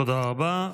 תודה רבה.